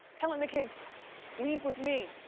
telling the kids leave with me.